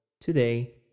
today